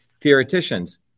theoreticians